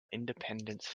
independence